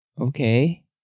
Okay